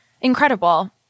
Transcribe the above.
Incredible